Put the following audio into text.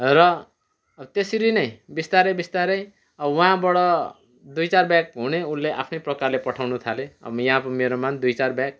र त्यसरी नै बिस्तारै बिस्तारै उहाँबाट दुई चार ब्याग हुने उनले आफ्नै प्रकारले पठाउन थाले अब यहाँको मेरोमा पनि दुई चार ब्याग